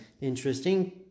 Interesting